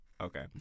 okay